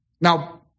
Now